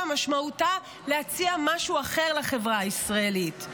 משמעותה להציע משהו אחר לחברה הישראלית.